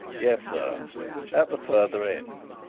yes, sir at the further end.